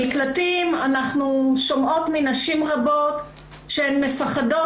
במקלטים אנחנו שומעות מנשים רבות שהן מפחדות